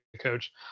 coach